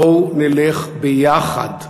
בואו נלך ביחד,